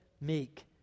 meek